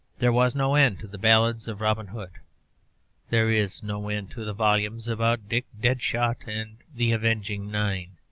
there was no end to the ballads of robin hood there is no end to the volumes about dick deadshot and the avenging nine.